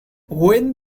when